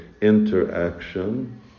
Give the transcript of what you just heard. interaction